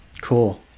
cool